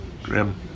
Grim